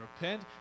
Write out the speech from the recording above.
repent